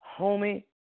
homie